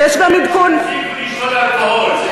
הוא התכוון שיפסיקו לשתות אלכוהול,